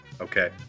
Okay